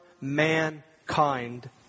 mankind